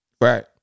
Right